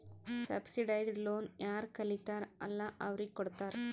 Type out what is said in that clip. subsidised loan ಯಾರ್ ಕಲಿತಾರ್ ಅಲ್ಲಾ ಅವ್ರಿಗ ಕೊಡ್ತಾರ್